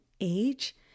age